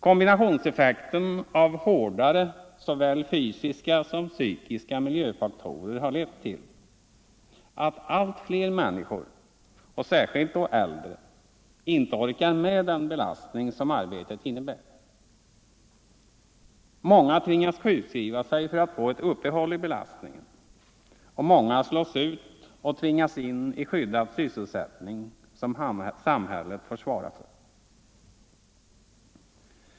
Kombinationseffekten av hårdare såväl fysiska som psykiska miljöfaktorer har lett till att allt fler människor, särskilt då äldre, inte orkar med den belastning som arbetet innebär. Många tvingas sjukskriva sig för att få ett uppehåll i belastningen och många slås ut och tvingas in i skyddad sysselsättning som samhället får svara för.